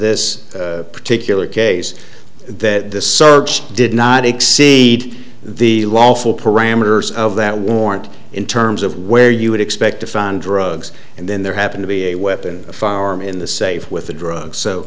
this particular case that this search did not exceed the lawful parameters of that warrant in terms of where you would expect to find drugs and then there happened to be a weapon a firearm in the safe with the drugs so